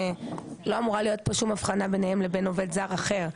לא אמורה להיות הבחנה ביניהם לבין עובד זר אחר.